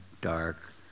dark